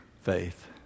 faith